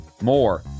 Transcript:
more